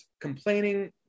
complaining